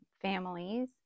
families